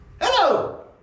Hello